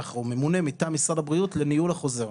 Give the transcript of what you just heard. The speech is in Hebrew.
או ממונה מטעם משרד הבריאות לניהול החוזר.